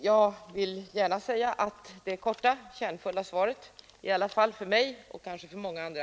Jag vill gärna säga att det korta, kärnfulla svaret var positivt för mig och kanske för många andra.